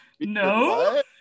No